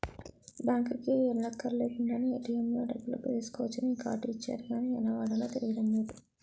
బాంకుకి ఎల్లక్కర్లేకుండానే ఏ.టి.ఎం లో డబ్బులు తీసుకోవచ్చని ఈ కార్డు ఇచ్చారు గానీ ఎలా వాడాలో తెలియడం లేదు